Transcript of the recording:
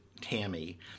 Tammy